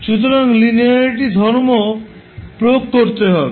সুতরাং লিনিয়ারিটি ধর্ম প্রয়োগ করতে হবে